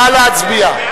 נא להצביע.